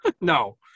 No